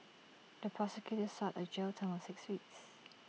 the prosecutor sought A jail term of six weeks